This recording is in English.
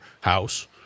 house